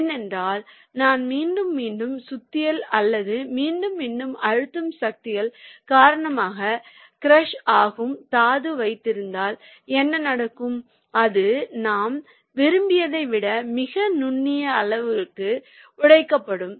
ஏனென்றால் நான் மீண்டும் மீண்டும் சுத்தியல் அல்லது மீண்டும் மீண்டும் அழுத்தும் சக்திகள் காரணமாக க்ரஷ் ஆகும் தாது வைத்திருந்தால் என்ன நடக்கும் அது நாம் விரும்பியதை விட மிக நுண்ணிய அளவுகளுக்கு உடைக்கப்படும்